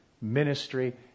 ministry